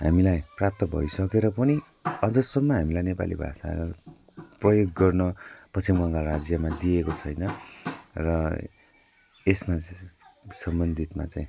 हामीलाई प्राप्त भइसकेर पनि अझसम्म हामीलाई नेपाली भाषा प्रयोग गर्न पश्चिम बङ्गाल राज्यमा दिएको छैन र यसमा स सम्बन्धितमा चाहिँ